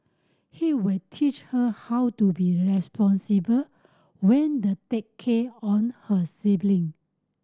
he will teach her how to be responsible when the take care on her sibling